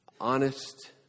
Honest